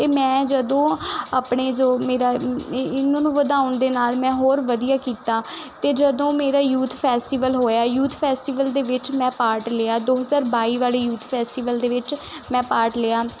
ਅਤੇ ਮੈਂ ਜਦੋਂ ਆਪਣੇ ਜੋ ਮੇਰਾ ਇਹਨਾਂ ਨੂੰ ਵਧਾਉਣ ਦੇ ਨਾਲ ਮੈਂ ਹੋਰ ਵਧੀਆ ਕੀਤਾ ਅਤੇ ਜਦੋਂ ਮੇਰਾ ਯੂਥ ਫੈਸਟੀਵਲ ਹੋਇਆ ਯੂਥ ਫੈਸਟੀਵਲ ਦੇ ਵਿੱਚ ਮੈਂ ਪਾਰਟ ਲਿਆ ਦੋ ਹਜ਼ਾਰ ਬਾਈ ਵਾਲੇ ਯੂਥ ਫੈਸਟੀਵਲ ਦੇ ਵਿੱਚ ਮੈਂ ਪਾਰਟ ਲਿਆ